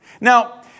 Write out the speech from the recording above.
Now